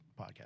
podcast